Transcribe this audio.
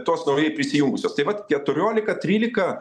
tos naujai prisijungusios taip vat keturiolika trylika